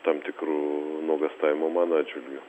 tam tikrų nuogąstavimų mano atžvilgiu